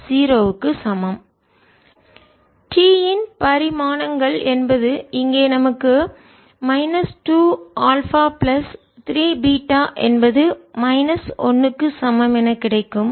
α 3β2γδ 40 T இன் பரிமாணங்கள் என்பது இங்கே நமக்கு மைனஸ் 2 ஆல்பா பிளஸ் 3 பீட்டா என்பது மைனஸ் 1 க்கு சமம் என கிடைக்கும்